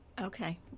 Okay